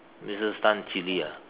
Missus Tan chili ah